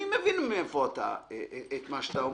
אני מבין את מה שאתה אומר.